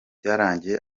byarangiye